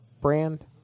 brand